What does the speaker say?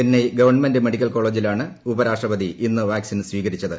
Chennai government medical കോളേജിലാണ് ഉപരാഷ്ട്രപതി ഇന്ന് വാക്സിൻ സ്വീകരിച്ചത്